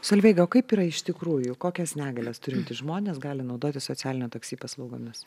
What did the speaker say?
solveiga o kaip yra iš tikrųjų kokias negalias turintys žmonės gali naudotis socialinio taksi paslaugomis